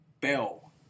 bell